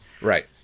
right